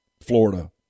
Florida